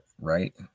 right